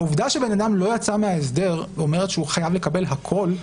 העובדה שבן אדם לא יצא מההסדר אומרת שהוא חייב לקבל הכול,